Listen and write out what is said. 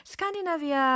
Scandinavia